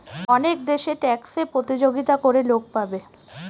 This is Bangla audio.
অনেক দেশে ট্যাক্সে প্রতিযোগিতা করে লোক পাবে